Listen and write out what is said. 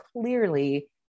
clearly